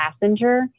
passenger